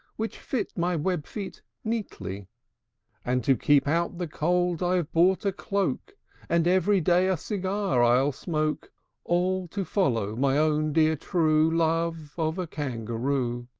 which fit my web-feet neatly and, to keep out the cold, i've bought a cloak and every day a cigar i'll smoke all to follow my own dear true love of a kangaroo.